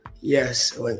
yes